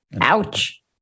ouch